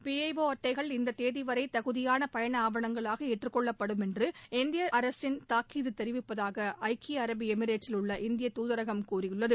B I O அட்டைகள் இந்த தேதிவரை தகுதியான பயண ஆவணங்களாக ஏற்றுக்கொள்ளப்படும் என்று இந்திய அரசின் தாக்கீது தெரிவிப்பதாக ஐக்கிய அரபு எமிரேட்சில் உள்ள இந்திய தூதரகம் கூறியுள்ளது